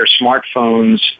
smartphones